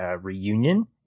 reunion